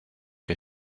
que